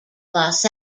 los